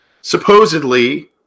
supposedly